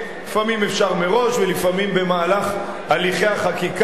לפעמים אפשר מראש ולפעמים במהלך הליכי החקיקה,